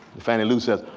fannie lou says,